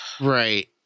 Right